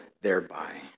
thereby